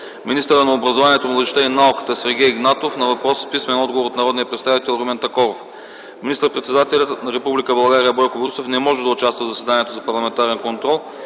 министърът на образованието, младежта и науката Сергей Игнатов на въпрос с писмен отговор от народния представител Румен Такоров. Министър-председателят на Република България Бойко Борисов не може да участва в заседанието за парламентарен контрол